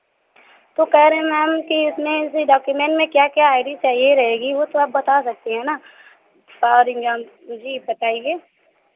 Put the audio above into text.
तो कह रहे हैं मैम की उसमें ऐसे डाकूमेंट में क्या क्या आइ डी चाहिए रहेगी वह तो आप बता सकती है ना फॉर इग्ज़ैम्पल जी बताइए